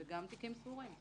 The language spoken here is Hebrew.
וגם תיקים סגורים.